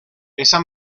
esa